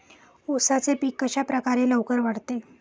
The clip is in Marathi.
उसाचे पीक कशाप्रकारे लवकर वाढते?